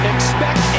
Expect